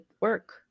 work